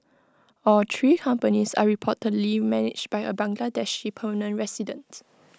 all three companies are reportedly managed by A Bangladeshi permanent resident